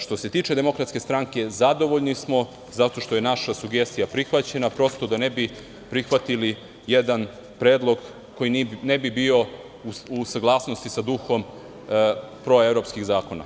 Što se tiče DS zadovoljni smo zato što je naša sugestija prihvaćena, prosto da ne bi prihvatili jedan predlog koji ne bi bio u saglasnosti sa duhom proevropskih zakona.